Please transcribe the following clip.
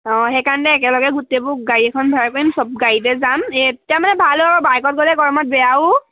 অঁ সেইকাৰণে একেলগে গোটেবোৰ গাড়ী এখন ভাড়া কৰিম চব গাড়ীতে যাম এতিয়া মানে ভাল হ'ব বাইকত গ'লে গৰমত বেয়াও